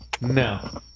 No